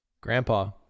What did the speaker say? Grandpa